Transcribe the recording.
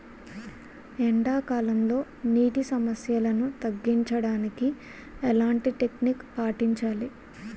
ఎండా కాలంలో, నీటి సమస్యలను తగ్గించడానికి ఎలాంటి టెక్నిక్ పాటించాలి?